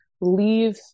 leave